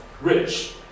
rich